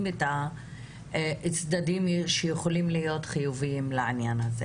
את הצדדים החיובים שיש לעניין הזה.